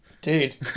Dude